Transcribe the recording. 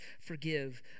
forgive